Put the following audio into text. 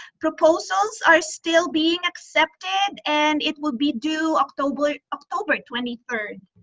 proposals are still being accepted and it will be due october october twenty third.